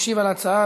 משיב על ההצעה,